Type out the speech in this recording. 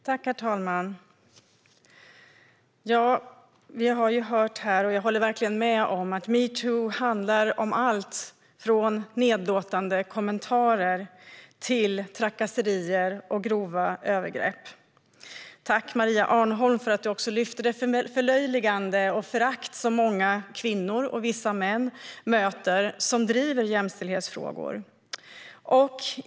Herr talman! Jag håller verkligen med om det vi har hört här - metoo handlar om allt från nedlåtande kommentarer till trakasserier och grova övergrepp. Tack, Maria Arnholm, för att du också lyfter fram det förlöjligande och förakt som många kvinnor och vissa män som driver jämställdhetsfrågor möter!